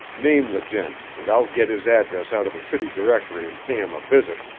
name the gent, and i'll get his address out of the city directory and pay him a visit!